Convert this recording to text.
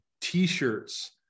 t-shirts